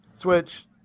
switch